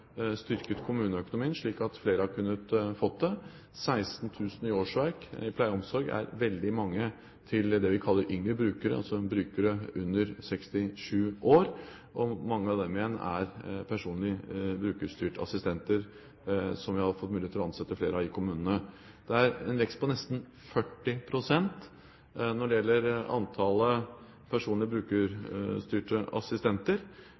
kaller yngre brukere, altså brukere under 67 år, er veldig mange. Mange av dem igjen er brukerstyrte personlige assistenter, som vi har fått mulighet til å ansette flere av i kommunene. Det har vært en vekst på nesten 40 pst. når det gjelder antall brukerstyrte personlige assistenter